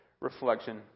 reflection